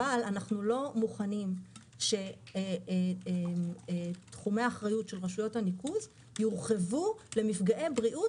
אבל אנחנו לא מוכנים שתחומי אחריות של רשויות הניקוז יורחבו למפגעי בריאות